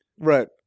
Right